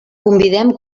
convidem